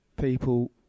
people